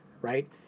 Right